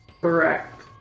Correct